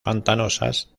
pantanosas